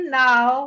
now